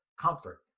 comfort